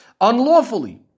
unlawfully